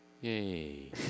Yay